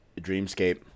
Dreamscape